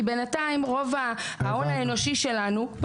כי בינתיים רוב ההון האנושי שלנו,